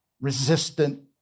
resistant